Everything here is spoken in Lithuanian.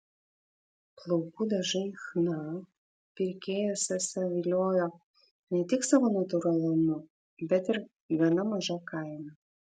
plaukų dažai chna pirkėjas esą viliojo ne tik savo natūralumu bet ir gana maža kaina